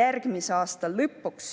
järgmise aasta lõpus